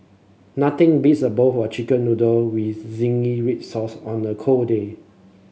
nothing beats a bowl of chicken noodle with zingy red sauce on a cold day